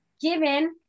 given